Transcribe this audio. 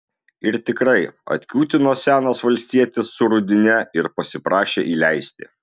ir tikrai atkiūtino senas valstietis su rudine ir pasiprašė įleisti